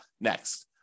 next